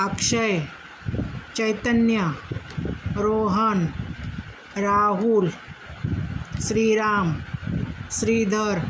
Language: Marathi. अक्षय चैतन्य रोहन राहुल श्रीराम श्रीधर